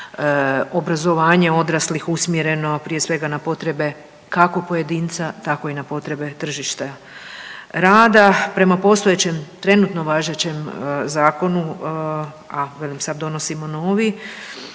obrazovanje odraslih usmjereno pije svega na potrebe kako pojedinca tako i na potrebe tržišta rada. Prema postojećem trenutno važećem zakonu, a velim sada donosimo novi,